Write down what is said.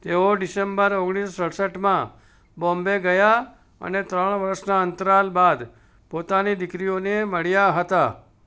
તેઓ ડિસેમ્બર ઓગણીસો સડસઠમાં બોમ્બે ગયા અને ત્રણ વર્ષના અંતરાલ બાદ પોતાની દીકરીઓને મળ્યા હતા